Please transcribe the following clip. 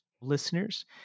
listeners